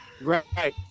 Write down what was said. Right